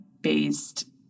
based